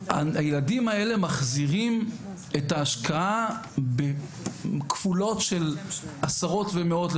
הילדים האלה מחזירים את ההשקעה בכפולות של עשרות ומאות.